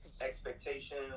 expectation